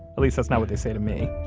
at least that's not what they say to me.